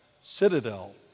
Citadel